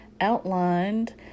outlined